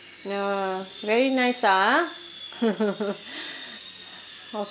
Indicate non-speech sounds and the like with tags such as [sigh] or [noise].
ya very nice ah [laughs]